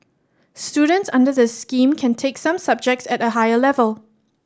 students under the scheme can take some subjects at a higher level